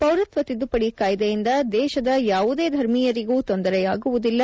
ಪೌರತ್ವ ತಿದ್ದುಪಡಿ ಕಾಯ್ದೆಯಿಂದ ದೇಶದ ಯಾವುದೇ ಧರ್ಮಿಯರಿಗೂ ತೊಂದರೆಯಾಗುವುದಿಲ್ಲ